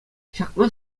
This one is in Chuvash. ҫакна